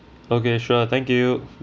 okay sure thank you